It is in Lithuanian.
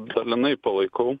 dalinai palaikau